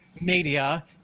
media